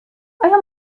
آیا